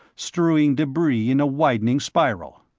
strewing debris in a widening spiral.